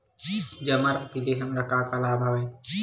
जमा राशि ले हमला का का लाभ हवय?